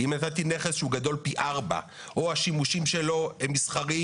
אתה מודד מתוך העסק או מסביב